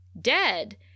dead